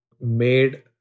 made